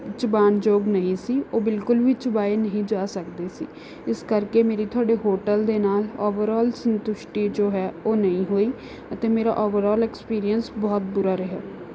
ਚਬਾਉਣ ਯੋਗ ਨਹੀਂ ਸੀ ਉਹ ਬਿਲਕੁਲ ਵੀ ਚਬਾਏ ਨਹੀਂ ਜਾ ਸਕਦੇ ਸੀ ਇਸ ਕਰਕੇ ਮੇਰੀ ਤੁਹਾਡੇ ਹੋਟਲ ਦੇ ਨਾਲ ਓਵਰਔਲ ਸੰਤੁਸ਼ਟੀ ਜੋ ਹੈ ਉਹ ਨਹੀਂ ਹੋਈ ਅਤੇ ਮੇਰਾ ਓਵਰਔਲ ਐਕਸਪੀਰੀਐਂਸ ਬਹੁਤ ਬੁਰਾ ਰਿਹਾ